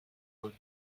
món